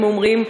הם אומרים,